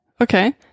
Okay